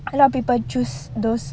a lot of people choose those